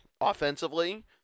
offensively